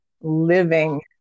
living